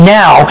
now